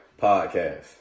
podcast